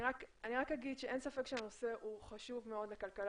אני רק אגיד שאין ספק שהנושא חשוב מאוד לכלכלה